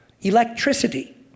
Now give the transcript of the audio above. electricity